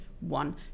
one